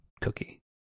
cookie